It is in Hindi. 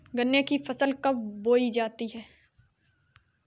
गन्ने की फसल कब बोई जाती है?